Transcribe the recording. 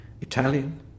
Italian